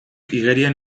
igerian